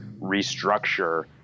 restructure